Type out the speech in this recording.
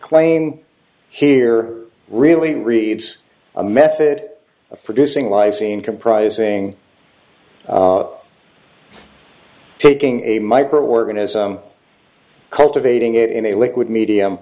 claim here really reads a method of producing lysine comprising taking a microorganism cultivating it in a liquid medium